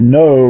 no